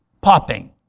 popping